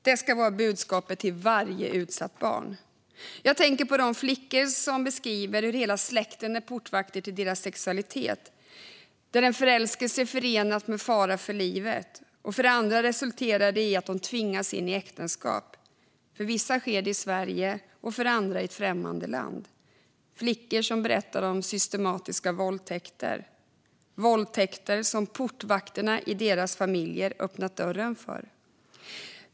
Det ska vara budskapet till varje utsatt barn. Jag tänker på de flickor som beskriver att hela släkten är portvakter till deras sexualitet. För dem är en förälskelse förenad med fara för livet. För andra resulterar den i att de tvingas in i äktenskap. För vissa sker det i Sverige, men för andra sker det i ett främmande land. Jag tänker på flickor som berättar om systematiska våldtäkter, som portvakterna i deras familjer har öppnat dörren för.